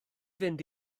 fynd